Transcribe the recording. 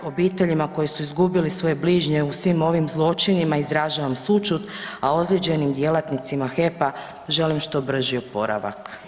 Obiteljima koji su izgubili svoje bližnje u svim ovim zločinima izražavam sućut, a ozlijeđenim djelatnicima HEP-a želim što brži oporavak.